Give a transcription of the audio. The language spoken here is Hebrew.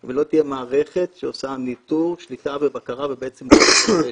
אם לא תהיה מערכת שעושה ניטור שליטה ובקרה ובעצם מנהלת את הרשת.